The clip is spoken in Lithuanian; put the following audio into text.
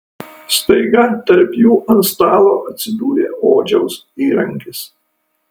staiga tarp jų ant stalo atsidūrė odžiaus įrankis